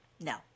No